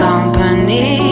Company